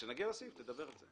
כשנגיע לסעיף תדבר על זה.